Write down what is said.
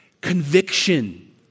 conviction